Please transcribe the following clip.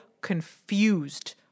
confused